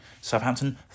Southampton